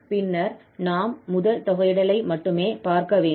பின்னர் நாம் முதல் தொகையிடலை மட்டுமே பார்க்க வேண்டும்